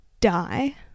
die